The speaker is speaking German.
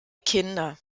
kinder